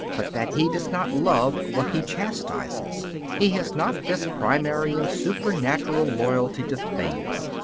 but that he does not love what he chastises he has not this primary and supernatural loyalty to things.